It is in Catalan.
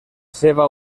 seva